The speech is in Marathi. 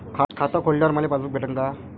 खातं खोलल्यावर मले पासबुक भेटन का?